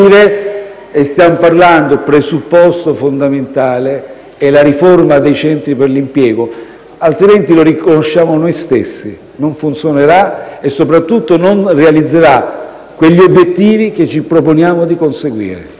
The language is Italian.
attive e il presupposto fondamentale è la riforma dei centri per l'impiego, altrimenti, lo riconosciamo noi stessi, non funzionerà e soprattutto non realizzerà quegli obiettivi che ci proponiamo di conseguire.